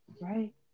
Right